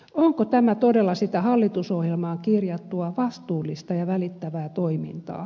onko tämä todella sitä hallitusohjelmaan kirjattua vastuullista ja välittävä toimintaa